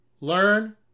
learn